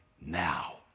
now